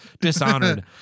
dishonored